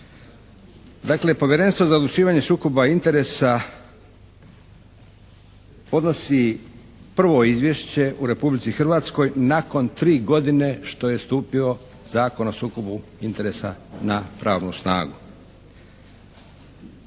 Dakle, Povjerenstvo za odlučivanje o sukobu interesa podnosi prvo izvješće u Republici Hrvatskoj nakon tri godine što je stupio Zakon o sukobu interesa na pravnu snagu.